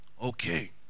Okay